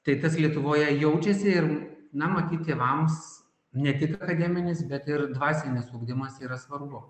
tai tas lietuvoje jaučiasi ir na matyt tėvams ne tik akademinis bet ir dvasinis ugdymas yra svarbu